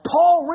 Paul